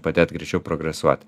padėt greičiau progresuoti